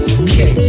okay